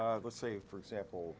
e let's say for example